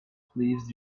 please